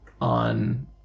on